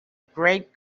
great